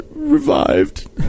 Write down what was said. Revived